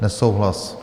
Nesouhlas.